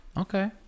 Okay